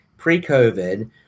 pre-COVID